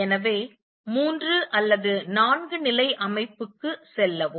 எனவே மூன்று அல்லது நான்கு நிலை அமைப்புக்குச் செல்லவும்